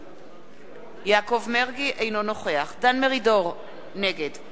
אינו נוכח דן מרידור, נגד משולם נהרי,